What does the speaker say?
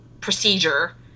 procedure